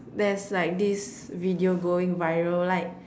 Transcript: there's like this video going viral like